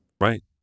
Right